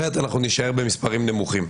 אחרת אנחנו נישאר במספרים נמוכים.